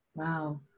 Wow